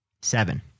seven